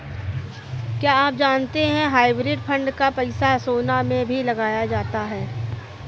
आप जानते है हाइब्रिड फंड का पैसा सोना में भी लगाया जाता है?